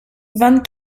vingt